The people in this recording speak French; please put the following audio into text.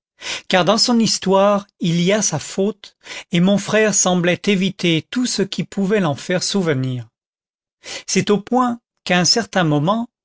car dans son histoire il y a sa faute et mon frère semblait éviter tout ce qui pouvait l'en faire souvenir c'est au point qu'à un certain moment